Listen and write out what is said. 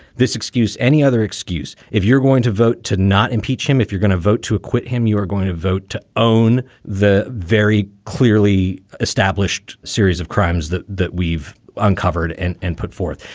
this excuse, any other excuse, if you're going to vote to not impeach him, if you're gonna vote to acquit him, you are going to vote to own the very clearly established series of crimes that we've uncovered and and put forth.